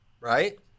right